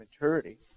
maturity